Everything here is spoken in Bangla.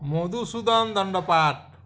মধুসূদন দন্ডপাট